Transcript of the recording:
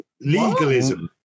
Legalism